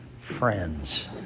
friends